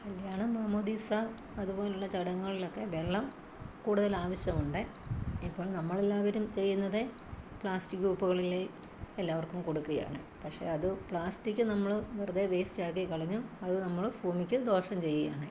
കല്യാണം മാമോദീസ അതുപോലുള്ള ചടങ്ങുകളിലൊക്കെ വെള്ളം കൂടുതൽ ആവശ്യമുണ്ട് ഇപ്പോൾ നമ്മളെല്ലാവരും ചെയ്യുന്നത് പ്ലാസ്റ്റിക് കുപ്പികളില് എല്ലാവർക്കും കൊടുക്കുകയാണ് പക്ഷെ അത് പ്ലാസ്റ്റിക് നമ്മള് വെറുതെ വേസ്റ്റാക്കി കളഞ്ഞും അത് നമ്മള് ഭൂമിക്ക് ദോഷം ചെയ്യുകയാണ്